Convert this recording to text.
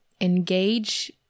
engage